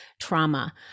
trauma